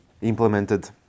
implemented